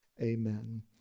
amen